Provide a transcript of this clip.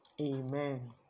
amen